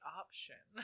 option